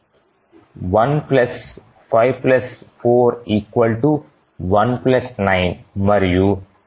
1 5 4 1 9 మరియు 9 1 10